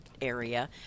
area